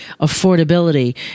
affordability